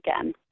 again